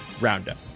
Roundup